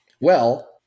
Well-